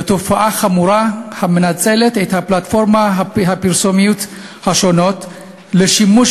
לתופעה חמורה המנצלת את הפלטפורמות הפרסומיות השונות לשימוש